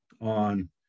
on